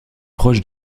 proches